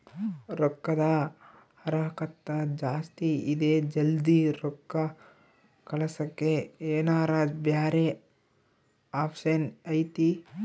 ರೊಕ್ಕದ ಹರಕತ್ತ ಜಾಸ್ತಿ ಇದೆ ಜಲ್ದಿ ರೊಕ್ಕ ಕಳಸಕ್ಕೆ ಏನಾರ ಬ್ಯಾರೆ ಆಪ್ಷನ್ ಐತಿ?